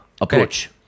approach